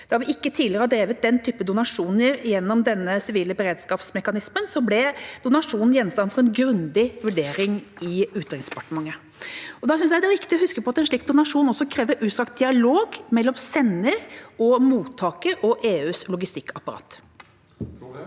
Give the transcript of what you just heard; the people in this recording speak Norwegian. Da vi ikke tidligere har drevet den type donasjoner gjennom denne sivile beredskapsmekanismen, ble donasjonen gjenstand for en grundig vurdering i Utenriksdepartementet. Jeg synes det er viktig å huske på at en slik donasjon også krever utstrakt dialog mellom sender og mottaker og EUs logistikkapparat.